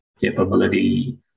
capability